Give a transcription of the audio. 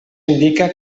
indica